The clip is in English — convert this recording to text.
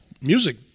music